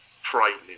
frightening